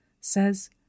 says